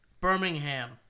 Birmingham